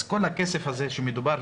כל הכסף הזה שמדובר בו,